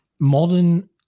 modern